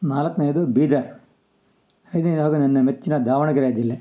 ನಾಲ್ಕನೇದು ಬೀದರ್ ಐದನೇದು ಹಾಗು ನನ್ನ ಮೆಚ್ಚಿನ ದಾವಣಗೆರೆ ಜಿಲ್ಲೆ